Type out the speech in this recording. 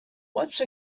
once